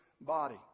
body